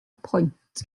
pwynt